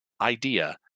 idea